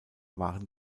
waren